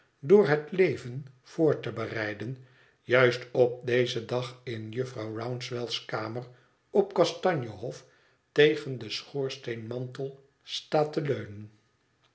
door het leven voor te bereiden juist op dezen dag in jufvrouw rouncewell's kamer op kastanje hof tegen den schoorsteenmantel staat te leunen